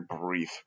brief